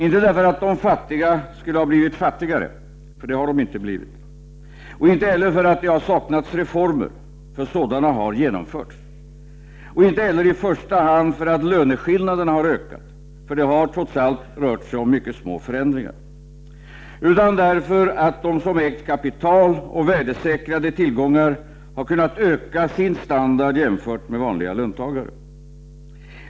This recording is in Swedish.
Inte därför att de fattiga skulle ha blivit fattigare — för det har de inte blivit — och inte heller för att det saknats reformer — för sådana har genomförts. Och inte heller i första hand för att löneskillnaderna har ökat — för det har, trots allt, rört sig om mycket små förändringar. Utan därför att de som ägt kapital och värdesäkrade tillgångar har kunnat öka sin standard jämfört med vanliga löntagare.